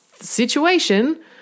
situation